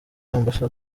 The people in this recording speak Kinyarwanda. n’umuco